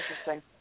interesting